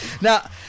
Now